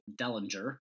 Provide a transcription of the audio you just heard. Dellinger